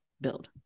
build